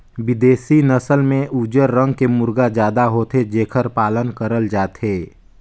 बिदेसी नसल में उजर रंग के मुरगा जादा होथे जेखर पालन करल जाथे